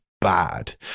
bad